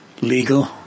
legal